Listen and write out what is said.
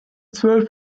zwölf